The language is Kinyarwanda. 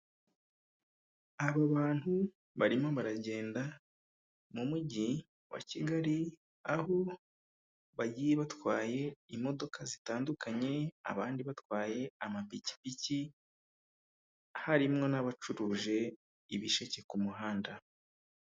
Aba bantu barimo baragenda mu mujyi wa Kigali aho bagiye batwaye imodoka zitandukanye, abandi batwaye amapikipiki harimwo n'abacuruje ibisheke ku muhanda.